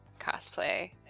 cosplay